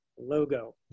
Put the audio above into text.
logo